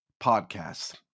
podcast